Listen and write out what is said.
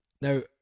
Now